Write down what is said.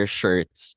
shirts